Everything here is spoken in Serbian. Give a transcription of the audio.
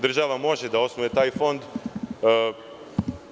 Država može da osnuje taj fond.